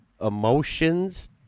emotions